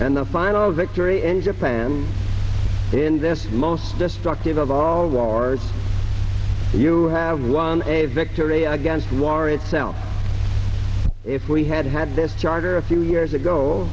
and the final victory in japan in this most destructive of all wars you have won a victory against war itself if we had had this charter a few years ago